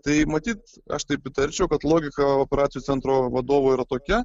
tai matyt aš taip įtarčiau kad logika operacijų centro vadovo yra tokia